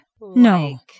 no